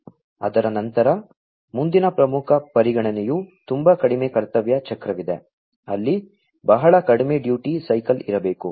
ಅದರ ನಂತರ ಮುಂದಿನ ಪ್ರಮುಖ ಪರಿಗಣನೆಯು ತುಂಬಾ ಕಡಿಮೆ ಕರ್ತವ್ಯ ಚಕ್ರವಿದೆ ಅಲ್ಲಿ ಬಹಳ ಬಹಳ ಕಡಿಮೆ ಡ್ಯೂಟಿ ಸೈಕಲ್ ಇರಲೇಬೇಕು